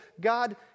God